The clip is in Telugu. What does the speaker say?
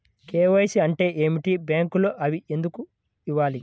కే.వై.సి అంటే ఏమిటి? బ్యాంకులో అవి ఎందుకు ఇవ్వాలి?